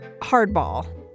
hardball